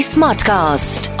Smartcast